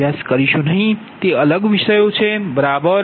તે અલગ વિષયો છે બરાબર